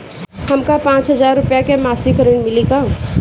हमका पांच हज़ार रूपया के मासिक ऋण मिली का?